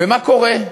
ומה קורה?